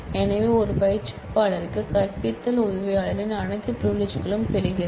எனவே ஒரு பயிற்றுவிப்பாளருக்கு கற்பித்தல் உதவியாளரின் அனைத்து பிரிவிலிஜ்களையும் பெறுகிறது